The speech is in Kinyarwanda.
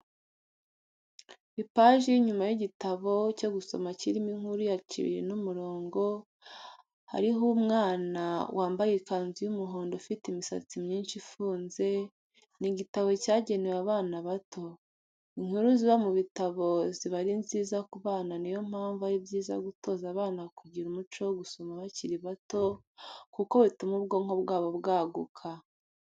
Ipaji y'inyuma y'igitabo cyo gusoma kirimo inkuru ya Cibiri n'umurongo, hariho umwana wambaye ikanzu y'umuhondo ufite imisatsi myinshi ifunze, ni igitabo cyagenewe abana bato. Inkuru ziba mu bitabo ziba ari nziza ku bana niyo mpamvu ari byiza gutoza abana kugira umuco wo gusoma bakiri bato, kuko bituma ubwonko bwabo bwaguka.